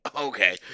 okay